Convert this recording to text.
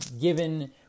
Given